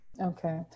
Okay